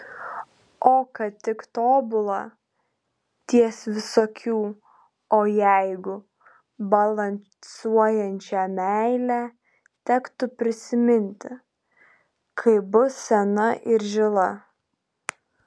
o kad tik tobulą ties visokių o jeigu balansuojančią meilę tektų prisiminti kai bus sena ir žila